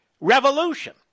revolution